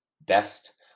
best